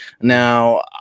Now